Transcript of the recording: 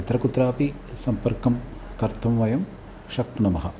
यत्र कुत्रापि सम्पर्कं कर्तुं वयं शक्नुमः